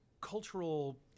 cultural